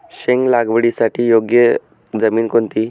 शेंग लागवडीसाठी योग्य जमीन कोणती?